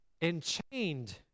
enchained